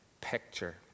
picture